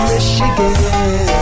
Michigan